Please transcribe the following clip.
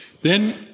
Then